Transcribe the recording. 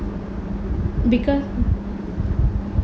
because